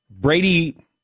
Brady